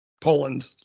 Poland